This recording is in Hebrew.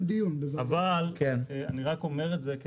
אבל אני רק אומר את זה,